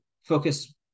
focus